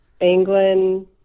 england